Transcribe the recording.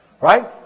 right